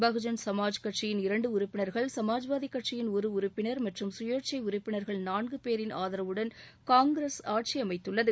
பகுஜன் சமாஜ் கட்சியின் இரண்டு உறுப்பினர்கள் சமாஜ்வாதி கட்சியின் ஒரு உறுப்பினர் மற்றும் சுயேட்சை உறுப்பினர்கள் நான்கு பேரின் ஆதரவுடன் காங்கிரஸ் ஆட்சி அமைத்துள்ளது